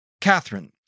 Catherine